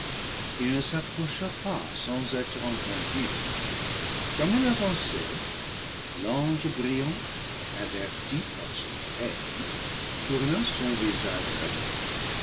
il ne s'approcha pas sans être entendu comme il avançait l'ange brillant averti par son oreille tourna son visage radieux